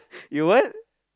you what